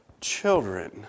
children